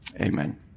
Amen